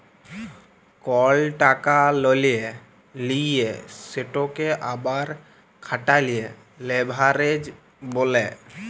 call টাকা ললে লিঁয়ে সেটকে আবার খাটালে লেভারেজ ব্যলে